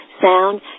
sound